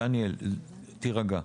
דניאל, תירגע.